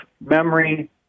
memory